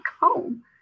home